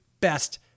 best